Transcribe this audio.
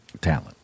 talent